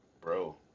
bro